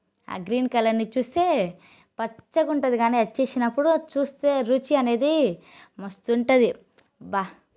ఆ గ్రీన్ కలర్ని చూస్తే పచ్చగుంటుంది కానీ అది చేసినప్పుడు చూస్తే రుచి అనేది మస్తు ఉంటుంది బా